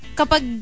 kapag